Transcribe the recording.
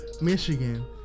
Michigan